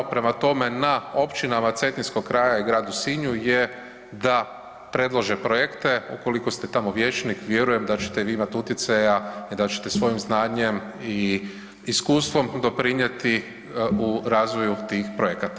Prema tome, na općinama Cetinskog kraja i gradu Sinju je da predlože projekte, ukoliko ste tamo vijećnik vjerujem da ćete vi imati utjecaja i da ćete svojim znanjem i iskustvom doprinjeti u razvoju tih projekata.